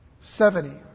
Seventy